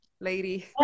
lady